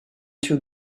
too